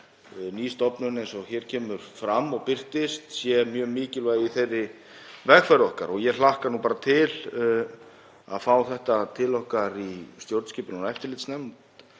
ný stofnun eins og hér kemur fram og birtist, sé mjög mikilvæg í þeirri vegferð okkar. Ég hlakka bara til að fá þetta mál til okkar í stjórnskipunar- og eftirlitsnefnd